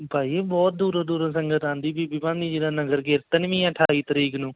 ਭਾਅ ਜੀ ਬਹੁਤ ਦੂਰੋਂ ਦੂਰੋਂ ਸੰਗਤ ਆਉਂਦੀ ਬੀਬੀ ਭਾਨੀ ਜੀ ਦਾ ਨਗਰ ਕੀਰਤਨ ਵੀ ਹੈ ਅਠਾਈ ਤਰੀਕ ਨੂੰ